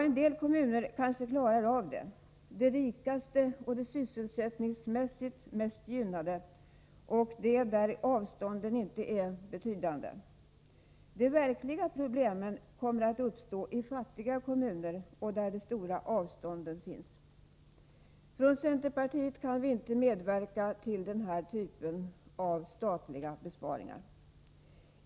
En del kommuner kanske klarar av det — de rikaste och sysselsättningsmässigt mest gynnade där inte avstånden är speciellt stora. De verkliga problemen uppstår i fattiga kommuner där avstånden är stora. Vi från centerpartiet kan inte medverka till den här typen av statliga besparingar.